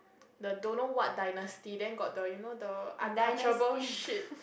the don't know what dynasty then got the you know the untouchable shit